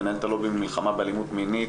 מנהלת הלובי למלחמה באלימות מינית.